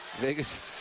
Vegas